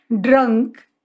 drunk